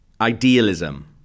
Idealism